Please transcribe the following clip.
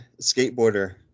skateboarder